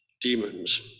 demons